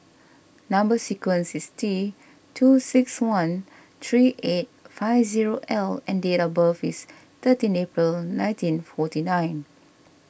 Number Sequence is T two six one three eight five zero L and date of birth is thirteen April nineteen forty nine